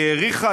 היא העריכה,